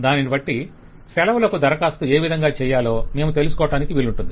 దానిని బట్టి సెలవులకు దరఖాస్తు ఏ విధంగా చెయ్యాలో మేము తెలుసుకోటానికి వీలుంటుంది